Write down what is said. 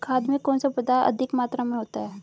खाद में कौन सा पदार्थ अधिक मात्रा में होता है?